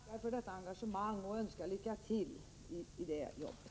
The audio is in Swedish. Fru talman! Jag tackar för statsrådets engagemang och önskar lycka till i detta arbete.